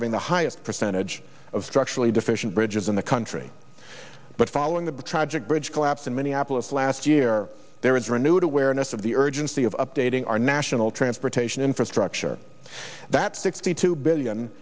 having the highest percentage of structurally deficient bridges in the country but following the tragic bridge collapse in minneapolis last year there is renewed awareness of the urgency of updating our national transportation infrastructure that's sixty two billion